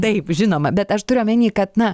taip žinoma bet aš turiu omeny kad na